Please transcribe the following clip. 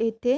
येथे